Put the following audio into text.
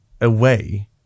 away